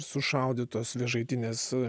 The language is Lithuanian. sušaudytos vėžaitinės